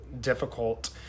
difficult